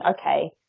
okay